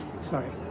Sorry